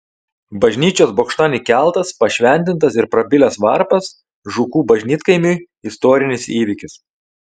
bažnyčios bokštan įkeltas pašventintas ir prabilęs varpas žukų bažnytkaimiui istorinis įvykis